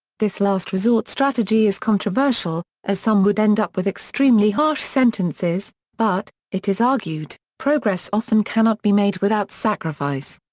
this last resort strategy is controversial, as some would end up with extremely harsh sentences, but, it is argued, progress often cannot be made without sacrifice.